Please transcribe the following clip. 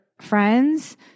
friends